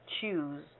choose